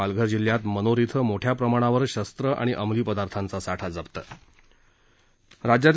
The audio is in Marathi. पालघर जिल्ह्यात मनोर इथं मोठ्या प्रमाणावर शस्त्र आणि अंमली पदार्थांचा साठा जप्त